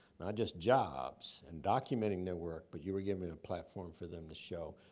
not just jobs and documenting their work, but you were giving a platform for them to show.